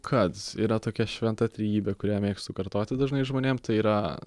kad yra tokia šventa trejybė kurią mėgstu kartoti dažnai žmonėm tai yra